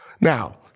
Now